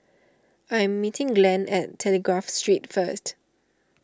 I am meeting Glenn at Telegraph Street first